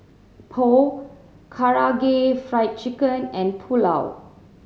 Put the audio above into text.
Pho Karaage Fried Chicken and Pulao